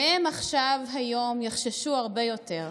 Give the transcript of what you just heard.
והם עכשיו היום יחששו הרבה יותר.